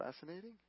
fascinating